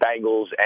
Bengals